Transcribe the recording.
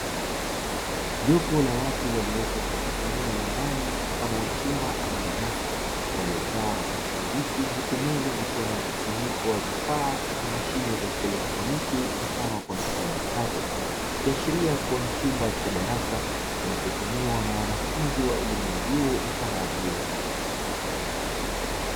Jopo la watu waliopo katika eneo la ndani mfano wa chumba ama darasa waliokaa katika viti huku meza zikiwa na mkusanyiko wa vifaa na mashine za kielektroniki mfano wa kompyuta mpakato, ikiashiria kuwa ni chumba cha darasa kinachotumiwa na wanafunzi wa elimu ya juu mfano wa vyuo.